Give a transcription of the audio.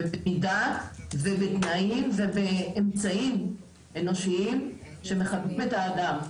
במידה ובתנאים ובאמצעים אנושיים שמכבדים את האדם.